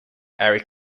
eric